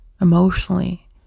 emotionally